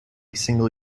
single